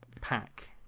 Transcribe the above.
pack